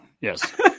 Yes